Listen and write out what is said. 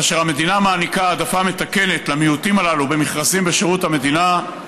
כאשר המדינה מעניקה העדפה מתקנת למיעוטים הללו במכרזים בשירות המדינה,